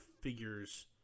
figures